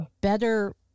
better